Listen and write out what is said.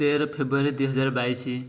ତେର ଫେବୃଆରୀ ଦୁଇ ହଜାର ବାଇଶି